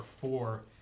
four